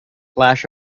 flash